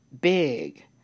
big